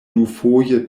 dufoje